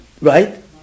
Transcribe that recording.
right